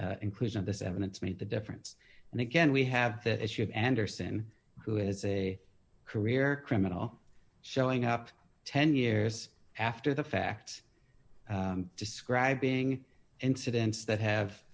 inclusion of this evidence made the difference and again we have that issue of andersen who is a career criminal showing up ten years after the fact describing incidents that have